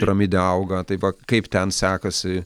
piramidė auga tai va kaip ten sekasi